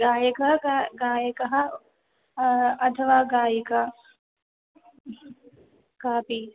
गायकः गा गायकः अथवा गायिका कापि